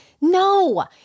No